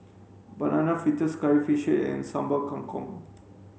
banana fritters curry fish and sambal kangkong